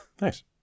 Nice